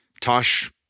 Tosh